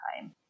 time